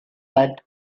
that